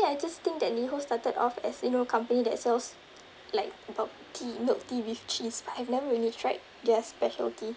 ~ly I just think that LiHO started off as you know company that sells like about tea milk tea with cheese but I've never really tried their specialty